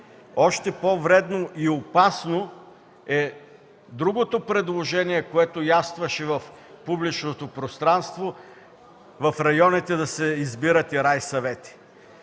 Още по-вредно и опасно е другото предложение, което явстваше в публичното пространство – в районите да се избират и райсъвети.